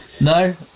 no